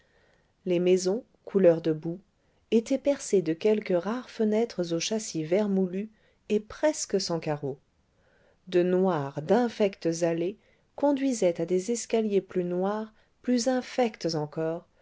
les maisons couleur de boue étaient percées de quelques rares fenêtres aux châssis vermoulus et presque sans carreaux de noires d'infectes allées conduisaient à des escaliers plus noirs plus infects encore